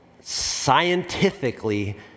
scientifically